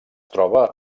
troba